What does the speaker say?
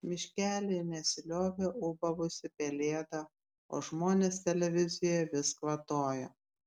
miškelyje nesiliovė ūbavusi pelėda o žmonės televizijoje vis kvatojo